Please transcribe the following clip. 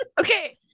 Okay